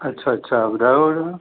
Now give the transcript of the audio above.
अछा अछा ॿुधायो इन में